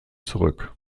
zurück